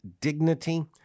dignity